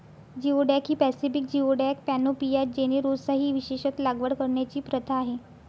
geoduck ही Pacific geoduck, पॅनोपिया जेनेरोसा ही विशेषत लागवड करण्याची प्रथा आहे